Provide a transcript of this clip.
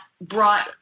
brought